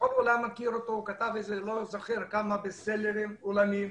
שכול העולם מכיר אותו כמי שכתב כמה רבי מכר עולמיים.